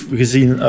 gezien